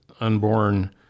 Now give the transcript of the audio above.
unborn